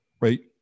right